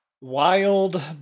Wild